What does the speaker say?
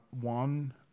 one